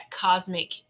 cosmic